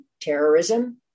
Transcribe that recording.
Terrorism